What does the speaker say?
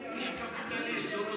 הוא קפיטליסט,